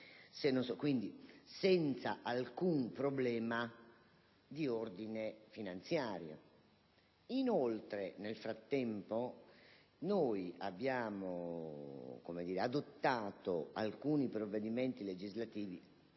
quindi senza alcun problema di ordine finanziario. Nel frattempo abbiamo adottato alcuni provvedimenti legislativi